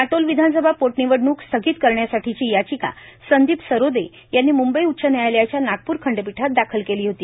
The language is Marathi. काटोल विधानसभा पोटनिवडणूक स्थगित करण्यासाठीची याचिका संदीप सरोदे यांनी मुंबई उच्च न्यायालयाच्या नागपूर खंडपिठात दाखल केली होती